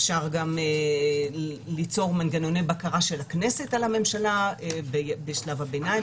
אפשר גם ליצור מנגנוני בקרה של הכנסת על הממשלה בשלב הביניים,